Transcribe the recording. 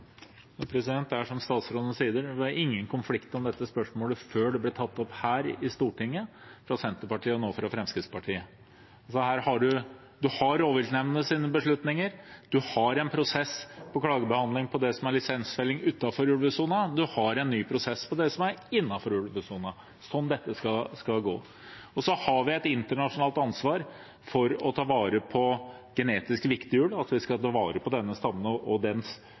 som statsråden sier: Det var ingen konflikt om dette spørsmålet før det ble tatt opp her i Stortinget av Senterpartiet og nå av Fremskrittspartiet. Vi har rovviltnemndenes beslutninger, vi har en prosess for klagebehandling av det som er lisensfelling utenfor ulvesonen, og vi har en ny prosess for det som er innenfor ulvesonen. Det er slik det skal være. Vi har også et internasjonalt ansvar for å ta vare på genetisk viktig ulv – ta vare på denne stammen og dens